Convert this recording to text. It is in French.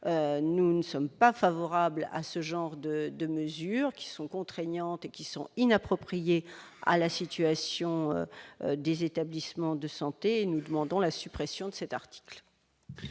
nous ne sommes pas favorables à ce genre de de mesures qui sont contraignantes qui sont inappropriées à la situation des établissements de santé, nous demandons la suppression de cet article.